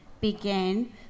began